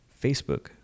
Facebook